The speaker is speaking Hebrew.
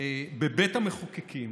בבית המחוקקים